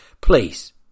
please